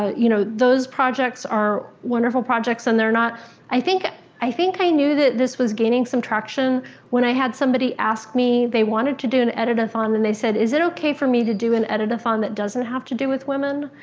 ah you know, those projects are wonderful projects. and i think i think i knew that this was gaining some traction when i had somebody ask me, they wanted to do an edit-a-thon. and they said is it okay for me to do an edit-a-thon that doesn't have to do with women?